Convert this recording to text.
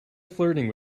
flirting